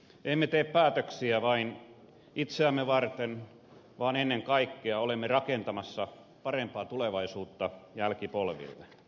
emme tee päätöksiä vain itseämme varten vaan ennen kaikkea olemme rakentamassa parempaa tulevaisuutta jälkipolville